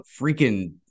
freaking